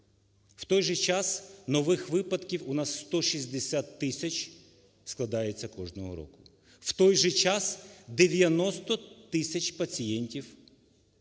В той же час нових випадків у нас 160 тисяч складається кожного року, в той же час 90 тисяч пацієнтів